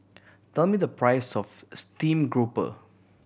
tell me the price of steamed grouper